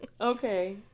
Okay